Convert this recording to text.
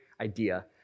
idea